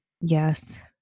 Yes